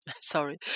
sorry